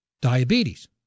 Diabetes